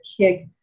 kick